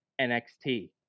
NXT